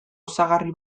osagarri